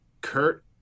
Kurt